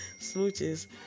Smooches